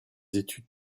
études